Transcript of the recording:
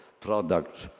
product